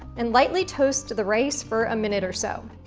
and lightly toast the rice for a minute or so.